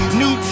new